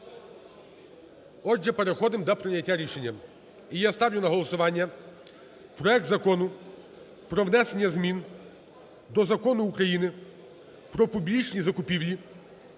Отже, переходимо до прийняття рішення. І я ставлю на голосування проект Закону про внесення змін до Закону України "Про публічні закупівлі"